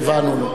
וענונו.